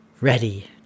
ready